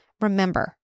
Remember